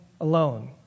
alone